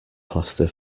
plaster